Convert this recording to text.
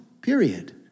period